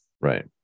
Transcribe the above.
Right